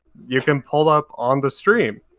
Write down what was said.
you can pull up on the stream,